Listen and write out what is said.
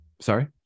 Sorry